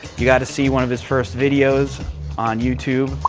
you gotta see one of his first videos on youtube.